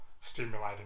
stimulating